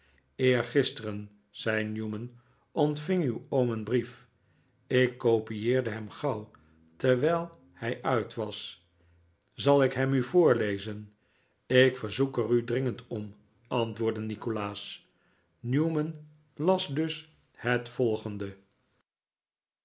eergisteren zei newman ontving uw oom een brief ik kopieerde hem gauw terwijl hij uit was zal ik hem u voorlezen ik verzoek er u dringend om antwoordde nikolaas newman las dus het volgende